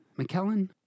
McKellen